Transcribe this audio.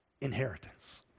inheritance